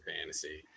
fantasy